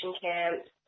camps